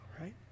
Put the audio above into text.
Right